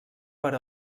per